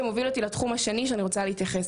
זה מוביל אותי לתחום השני שאני רוצה להתייחס